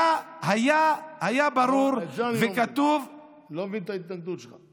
היה ברור וכתוב, אני לא מבין את ההתנגדות שלך.